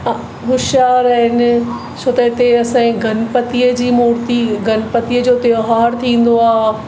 होश्यारु आहिनि छो त हिते असांजे गणपतिअ जी मूर्ति गणपतिअ जो त्योहारु थींदो आहे